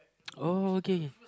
uh okay K